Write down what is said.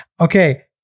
okay